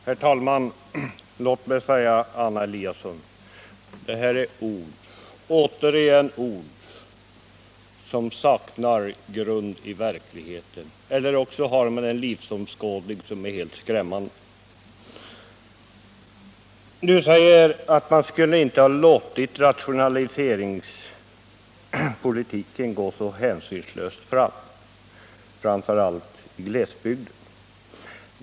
Herr talman! Vad Anna Eliasson säger är ord som helt saknar grund i verkligheten. Eller också har hon en livsåskådning som är helt skrämmande. Hon säger att man inte skulle ha låtit rationaliseringspolitiken gå så hänsynslöst fram, framför allt i glesbygden.